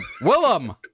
willem